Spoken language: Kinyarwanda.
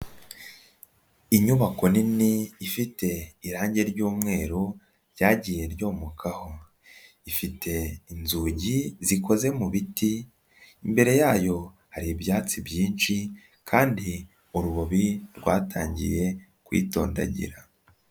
Inyubako nini, ifite irangi ry'umweru ryagiye ryomokaho. Ifite inzugi zikoze mu biti. Imbere yayo hari ibyatsi byinshi kandi urubobi rwatangiye kwitondagira.